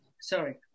sorry